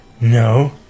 No